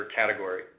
category